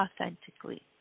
authentically